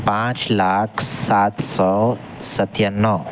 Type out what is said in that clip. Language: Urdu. پانچ لاکھ سات سو ستانوے